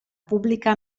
pubblica